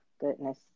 goodness